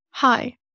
Hi